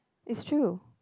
it's true